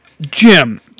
Jim